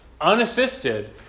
unassisted